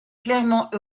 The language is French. clairement